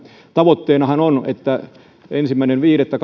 tavoitteenahan on että ensimmäinen viidettä